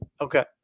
Okay